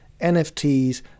NFTs